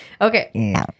Okay